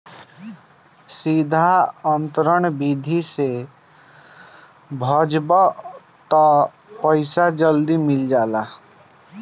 सीधा अंतरण विधि से भजबअ तअ पईसा जल्दी मिल जाला